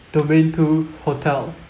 domain two hotel